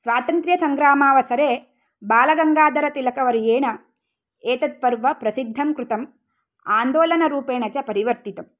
स्वातन्त्रयसङ्ग्रामावसरे बालगङ्गाधरतिलकवर्येण एतद् पर्व प्रसिद्धं कृतम् आन्दोलनरूपेण च परिवर्तितम्